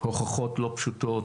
הוכחות לא פשוטות,